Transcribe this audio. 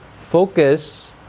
focus